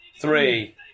three